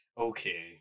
Okay